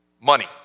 money